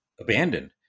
abandoned